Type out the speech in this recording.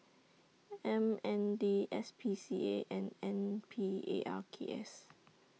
M N D S P C A and N P A R K S